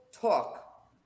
talk